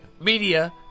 Media